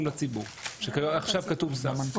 ההליך של העדכון.